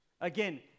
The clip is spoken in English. Again